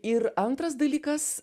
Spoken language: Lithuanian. ir antras dalykas